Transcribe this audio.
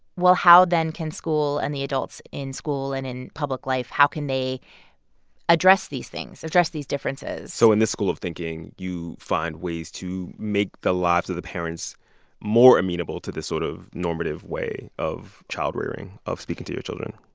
well, how, then, can school and the adults in school and in public life how can they address these things address these differences? so in this school of thinking, you find ways to make the lives of the parents more amenable to the sort of normative way of childrearing of speaking to your children?